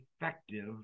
effective